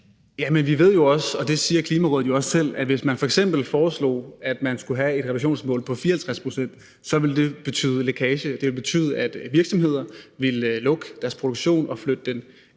Jamen vi ved også, og det siger Klimarådet jo også selv, at hvis man f.eks. foreslog, at man skulle have et reduktionsmål på 64 pct., ville det betyde lækage. Det ville betyde, at virksomheder ville lukke deres produktion og flytte den